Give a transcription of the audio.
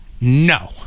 no